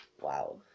Wow